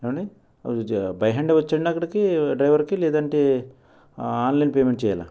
ఏమండీ by hand ఇవ్వచ్చా డ్రైవర్కి లేదంటే ఆన్లైన్ పేమెంట్ చెయ్యల్ల